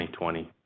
2020